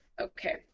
okay